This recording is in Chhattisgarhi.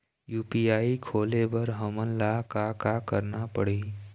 यू.पी.आई खोले बर हमन ला का का करना पड़ही?